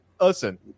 Listen